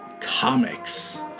Comics